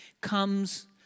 comes